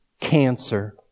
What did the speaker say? cancer